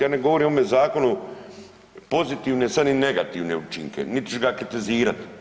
Ja ne govorim o ovome zakonu pozitivne sad ili negativne učinke niti ću ga kritizirati.